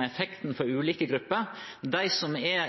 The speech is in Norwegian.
effekten for ulike grupper.